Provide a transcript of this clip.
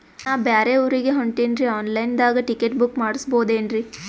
ನಾ ಬ್ಯಾರೆ ಊರಿಗೆ ಹೊಂಟಿನ್ರಿ ಆನ್ ಲೈನ್ ದಾಗ ಟಿಕೆಟ ಬುಕ್ಕ ಮಾಡಸ್ಬೋದೇನ್ರಿ?